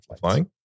flying